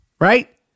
right